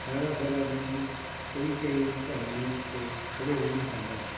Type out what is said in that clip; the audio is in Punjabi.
ਸਾਰਾ ਸਾਰਾ ਦਿਨ ਕਈ ਕਈ ਧਰਨਿਆਂ ਦੇ ਉੱਤੇ ਖੜ੍ਹੇ ਰਹਿਣਾ ਪੈਂਦਾ ਹੈ